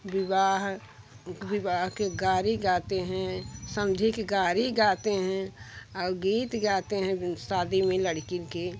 विवाह विवाह के गारी गाते हैं समधी की गारी गाते हैं और गीत गाते हैं शादी में लड़की के